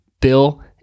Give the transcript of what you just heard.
Bill